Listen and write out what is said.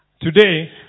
Today